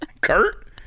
Kurt